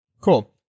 Cool